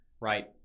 right